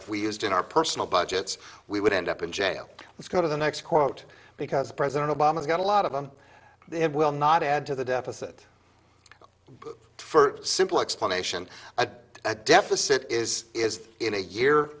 if we used in our personal budgets we would end up in jail let's go to the next quote because president obama's got a lot of them they have will not add to the deficit for simple explanation of a deficit is is in a year